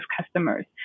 customers